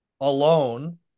alone